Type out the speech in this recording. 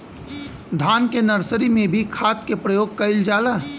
धान के नर्सरी में भी खाद के प्रयोग कइल जाला?